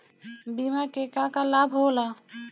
बिमा के का का लाभ होला?